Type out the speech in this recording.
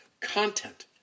content